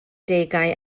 degau